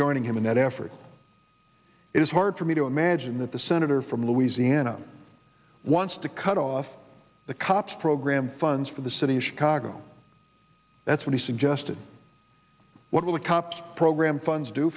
joining him in that effort it is hard for me to imagine that the senator from louisiana wants to cut off the cops program funds for the city of chicago that's why he suggested one of the cops program funds do